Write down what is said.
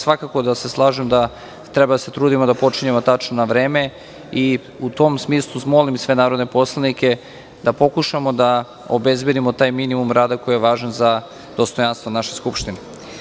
Svakako da se slažem da treba da se trudimo da počinjemo tačno na vreme i u tom smislu molim sve narodne poslanike da pokušamo da obezbedimo taj minimum rada koji je važan za dostojanstvo naše skupštine.